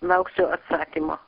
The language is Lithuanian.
lauksiu atsakymo